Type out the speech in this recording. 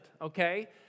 okay